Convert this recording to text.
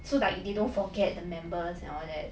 so like they don't forget the members and all that